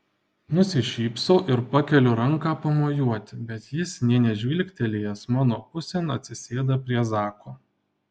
nusišypsau ir pakeliu ranką pamojuoti bet jis nė nežvilgtelėjęs mano pusėn atsisėda prie zako